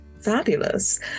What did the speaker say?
fabulous